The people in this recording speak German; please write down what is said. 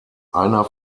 einer